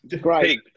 Great